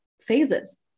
phases